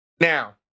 Now